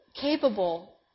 capable